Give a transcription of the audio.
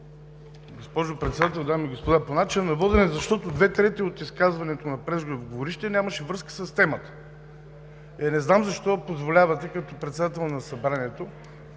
Госпожо Председател, дами и господа! По начина на водене, защото две трети от изказването на преждеговорившия нямаше връзка с темата! Не знам защо позволявате като председател на Събранието